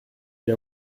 ils